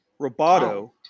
Roboto